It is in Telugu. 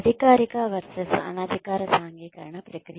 అధికారిక వర్సెస్ అనధికారిక సాంఘికీకరణ ప్రక్రియ